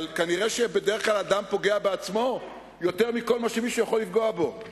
אבל נראה שבדרך כלל אדם פוגע בעצמו יותר מכל מה שמישהו יכול לפגוע בו.